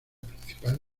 principal